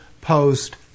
post